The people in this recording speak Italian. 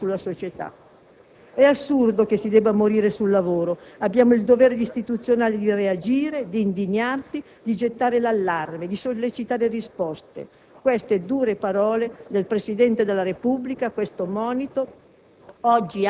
ma anche economicamente insensata, dati gli alti costi che ricadono sulla società. «E' assurdo che si debba morire sul lavoro. Abbiamo il dovere istituzionale di reagire, di indignarci, di gettare l'allarme, di sollecitare risposte».